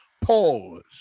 Pause